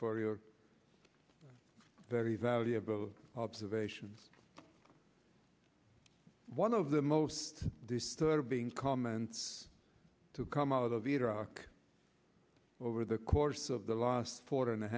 for your very valuable observations one of the most disturbing comments to come out of iraq over the course of the last four and a